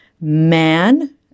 man